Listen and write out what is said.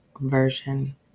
version